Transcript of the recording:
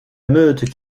meute